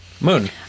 Moon